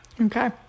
Okay